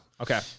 Okay